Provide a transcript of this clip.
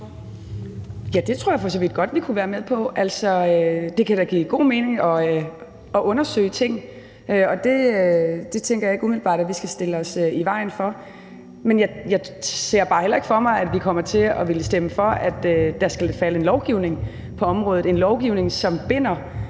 det tror jeg for så vidt godt vi kunne være med på. Det kan da give god mening at undersøge ting, og det tænker jeg ikke umiddelbart at vi skal stille os i vejen for. Men jeg ser bare heller ikke for mig, at vi kommer til at ville stemme for, at der skal ske lovgivning på området – en lovgivning, som binder